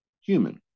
human